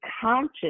conscious